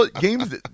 Games